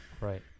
right